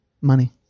Money